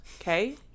okay